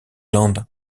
land